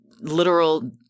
literal